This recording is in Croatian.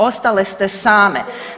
Ostale ste same.